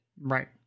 Right